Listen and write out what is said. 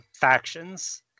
factions